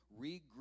regroup